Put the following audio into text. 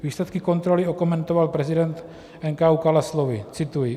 Výsledky kontroly okomentoval prezident NKÚ Kala slovy cituji: